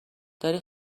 داری